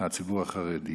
הציבור החרדי.